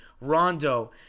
Rondo